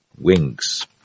wings